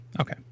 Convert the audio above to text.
okay